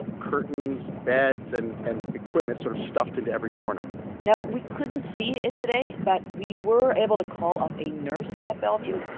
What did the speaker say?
curtains, beds and and equipment sort of stuffed into every corner now, we couldn't see it today, but we were able to call up a nurse at bellevue.